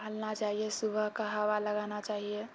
टहलना चाहिए सुबहके हवा लगाना चाहिए